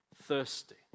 Thirsty